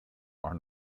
are